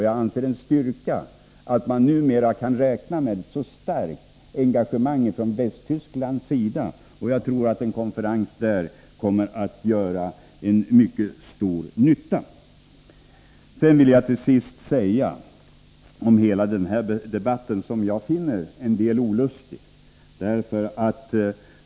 Det är en styrka att vi numera kan räkna med så starkt engagemang från Västtysklands sida, och jag tror att en konferens där kommer att göra stor nytta. Jag tycker att denna debatt är litet olustig.